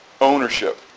Ownership